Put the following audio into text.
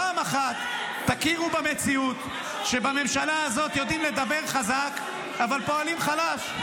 פעם אחת תכירו במציאות שבממשלה הזאת יודעים לדבר חזק אבל פועלים חלש.